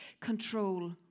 control